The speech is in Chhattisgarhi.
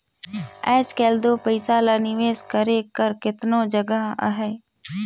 आएज काएल दो पइसा ल निवेस करे कर केतनो जगहा अहे